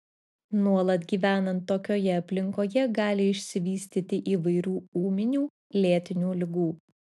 nuolat gyvenant tokioje aplinkoje gali išsivystyti įvairių ūminių lėtinių ligų